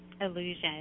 illusion